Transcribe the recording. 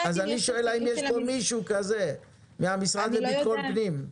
האם יש פה מישהו כזה מהמשרד לביטחון פנים?